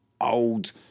old